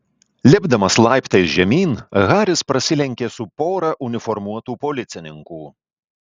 lipdamas laiptais žemyn haris prasilenkė su pora uniformuotų policininkų